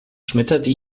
schmetterte